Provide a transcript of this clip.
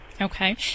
Okay